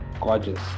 gorgeous